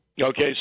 Okay